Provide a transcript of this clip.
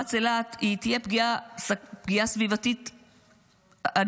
במפרץ אילת, תהיה פגיעה סביבתית אנושה.